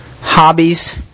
hobbies